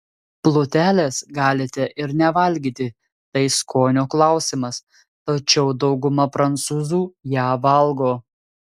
plutelės galite ir nevalgyti tai skonio klausimas tačiau dauguma prancūzų ją valgo